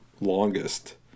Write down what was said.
longest